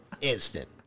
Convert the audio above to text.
instant